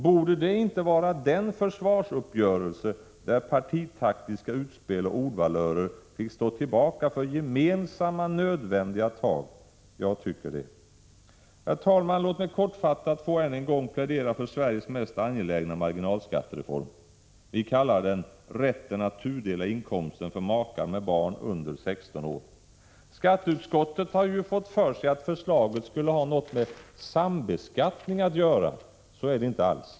Borde det inte vara den ”försvarsuppgörelse” där partitaktiska utspel och ordvalörer fick stå tillbaka för gemensamma, nödvändiga tag? Jag tycker det. Herr talman! Låt mig kortfattat få, än en gång, plädera för Sveriges mest angelägna marginalskattereform. Vi kallar den rätten att tudela inkomsten för makar med barn under 16 år. Skatteutskottet har fått för sig att förslaget har något med sambeskattning att göra. Så är det inte alls.